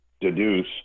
deduce